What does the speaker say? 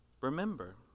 Remember